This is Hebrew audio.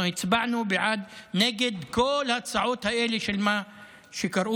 אנחנו הצבענו נגד כל ההצעות האלה של מה שקראו